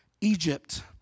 Egypt